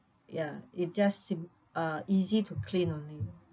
ya it just sim~ uh easy to clean only